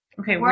Okay